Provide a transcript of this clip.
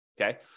Okay